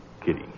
kitty